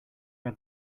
had